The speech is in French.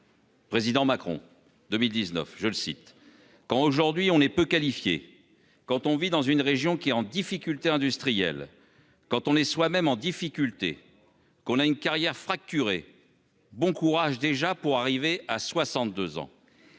président Macron 2019, je le cite, quand aujourd'hui on est peu qualifiés. Quand on vit dans une région qui est en difficulté industrielles. Quand on est soi-même en difficulté qu'on a une carrière fracturé. Bon courage déjà pour arriver à 62 ans.